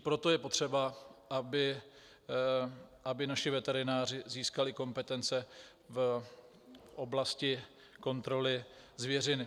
Proto je potřeba, aby naši veterináři získali kompetence v oblasti kontroly zvěřiny.